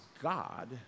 God